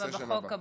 בחוק הבא.